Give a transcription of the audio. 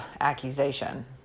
accusation